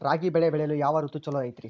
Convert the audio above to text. ರಾಗಿ ಬೆಳೆ ಬೆಳೆಯಲು ಯಾವ ಋತು ಛಲೋ ಐತ್ರಿ?